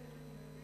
מי נגד?